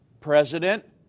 President